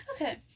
okay